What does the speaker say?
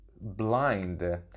blind